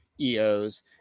eos